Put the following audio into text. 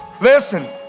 listen